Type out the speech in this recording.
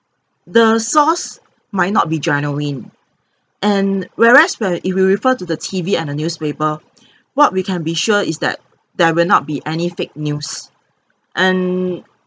the source might not be genuine and whereas well if we refer to the T_V and a newspaper what we can be sure is that there will not be any fake news and